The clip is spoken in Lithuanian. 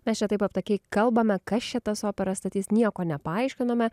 mes čia taip aptakiai kalbame kas čia tas operas statys nieko nepaaiškinome